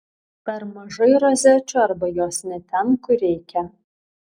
per mažai rozečių arba jos ne ten kur reikia